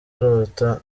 arota